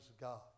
God